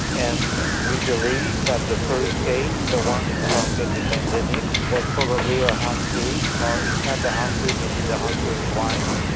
and we believe that the first case, the one who started the pandemic, was probably a hunter, or if not the hunter maybe the ah hunter's wife.